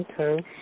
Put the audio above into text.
Okay